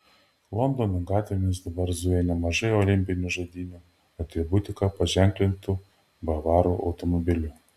londono gatvėmis dabar zuja nemažai olimpinių žaidynių atributika paženklintų bavarų automobilių